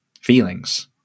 Feelings